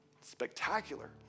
Spectacular